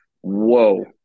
Whoa